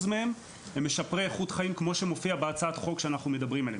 מהם הם משפרי איכות חיים כמו שמופיע בהצעת החוק שאנחנו מדברים עליה,